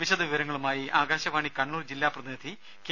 വിശദ വിവരങ്ങളുമായി ആകാശവാണി കണ്ണൂർ ജില്ലാ പ്രതിനിധി കെ